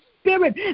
spirit